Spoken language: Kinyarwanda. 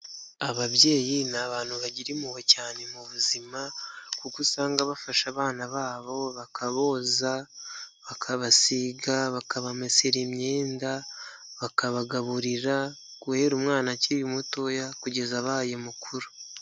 Ababyeyi ni abantu bagira impuhwe cyane mu buzima kuko usanga bafasha abana babo bakaboza, bakabasiga, bakabamesera imyenda, bakabagaburira guhera umwana akiri mutoya kugeza abaye mukuru.